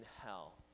hell